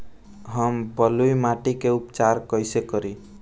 हम बलुइ माटी के उपचार कईसे करि?